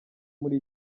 muri